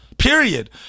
period